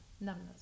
numbness